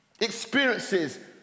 experiences